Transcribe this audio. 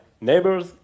neighbors